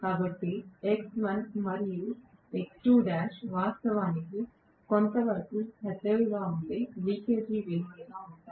కాబట్టి X1 మరియు X2l వాస్తవానికి కొంతవరకు పెద్దవిగా ఉండే లీకేజ్ విలువలుగా ఉంటాయి